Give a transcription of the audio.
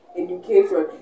education